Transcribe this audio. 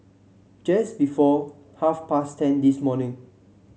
just before half past ten this morning